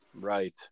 Right